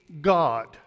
God